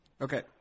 Okay